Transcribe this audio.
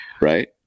right